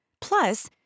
Plus